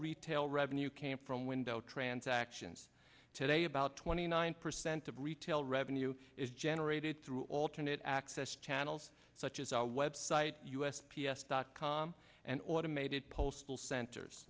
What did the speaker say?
retail revenue came from window transactions today about twenty nine percent of retail revenue is generated through alternate access channels such as our web site u s p s dot com and automated postal centers